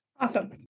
Awesome